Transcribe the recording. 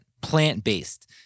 plant-based